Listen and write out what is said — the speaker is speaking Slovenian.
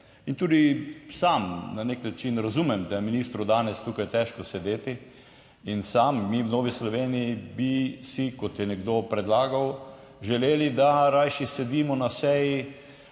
In tudi sam na nek način razumem, da je ministru danes tukaj težko sedeti in sam mi v Novi Sloveniji bi si, kot je nekdo predlagal, želeli, da rajši sedimo na seji,